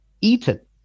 eaten